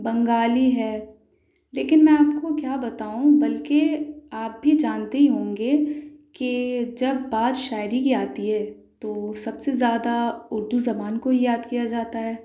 بنگالی ہے لیکن میں آپ کو کیا بتاؤں بلکہ آپ بھی جانتے ہی ہوں گے کہ جب بات شاعری کی آتی ہے تو سب سے زیادہ اردو زبان کو ہی یاد کیا جاتا ہے